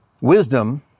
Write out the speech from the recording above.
Wisdom